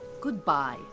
Goodbye